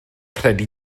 credu